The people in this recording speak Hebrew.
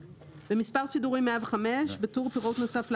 במספר סידורי 105, בטור "פירוט נוסף לעבירה",